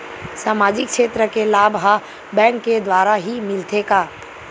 सामाजिक क्षेत्र के लाभ हा बैंक के द्वारा ही मिलथे का?